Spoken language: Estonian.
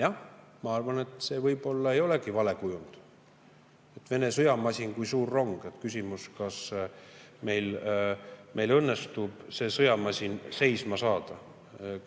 Jah, ma arvan, et see võib-olla ei olegi vale kujund. Vene sõjamasin kui suur rong. Küsimus, kas meil õnnestub see sõjamasin seisma saada.